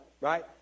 right